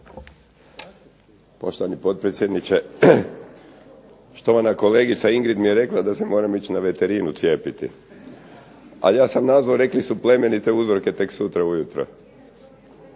Poštovani potpredsjedniče, štovana kolegica Ingrid mi je rekla da se moram ići na veterinu cijepiti. Ali ja sam nazvao. Rekli su plemenite uzorke tek sutra u jutro.